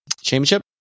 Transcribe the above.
championship